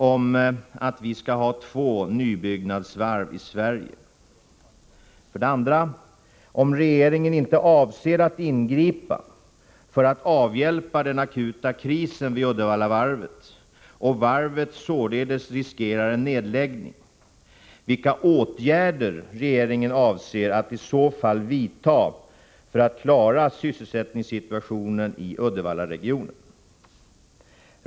Om regeringen inte avser att ingripa för att avhjälpa den akuta krisen vid Uddevallavarvet och varvet således riskerar en nedläggning, vilka åtgärder avser regeringen att i så fall vidta för att klara sysselsättningssituationen i Uddevallaregionen?